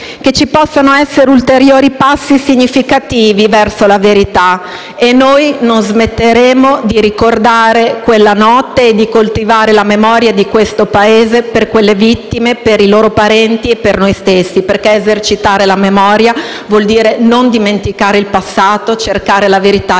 che ci possano essere ulteriori passi significativi verso la verità. Noi non smetteremo di ricordare quella notte e di coltivare la memoria di questo Paese, per quelle vittime, per i loro parenti e per noi stessi, perché esercitare la memoria vuol dire non dimenticare il passato, cercare la verità